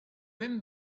même